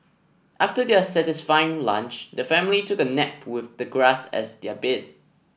after their satisfying lunch the family took a nap with the grass as their bed